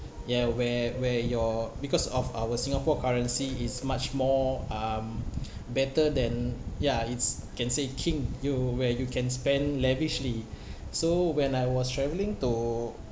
ya where where your because of our singapore currency is much more um better than ya it's can say king you where you can spend lavishly so when I was traveling to